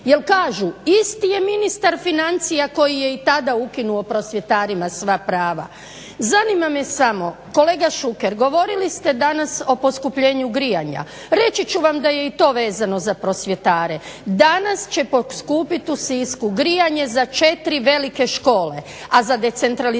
jer kažu isti je ministar financija koji je i tada ukinuo prosvjetarima sva prava. Zanima me samo, kolega Šuker govorili ste danas o poskupljenju grijanja, reći ću vam da je i to vezano za prosvjetare, danas će poskupiti u Sisku grijanje za četiri velike škole a za decentralizirane